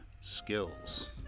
skills